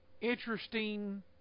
interesting